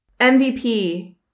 MVP